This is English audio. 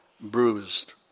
bruised